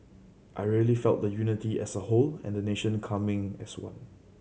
I really felt the unity as a whole and the nation coming as one